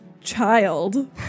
child